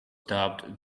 dubbed